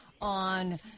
on